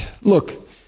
look